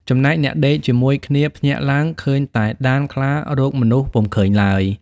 ចំណែកអ្នកដេកជាមួយគ្នាភ្ញាក់ឡើង ឃើញតែដានខ្លារកមនុស្សពុំឃើញឡើយ។